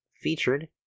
featured